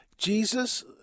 Jesus